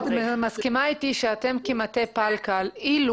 את מסכימה אתי שאתם, כמטה פלקל, אילו